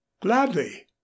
Gladly